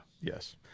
Yes